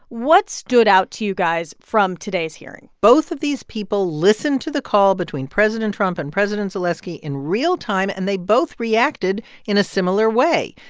what stood out to you guys from today's hearing? both of these people listened to the call between president trump and president zelenskiy in real time, and they both reacted in a similar way.